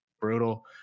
brutal